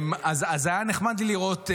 אז היה נחמד לי לראות,